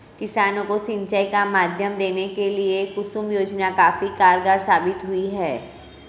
किसानों को सिंचाई का माध्यम देने के लिए कुसुम योजना काफी कारगार साबित हुई है